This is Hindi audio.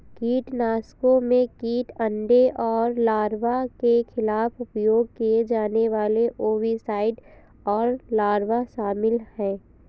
कीटनाशकों में कीट अंडे और लार्वा के खिलाफ उपयोग किए जाने वाले ओविसाइड और लार्वा शामिल हैं